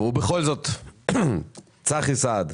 צחי סעד,